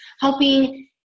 helping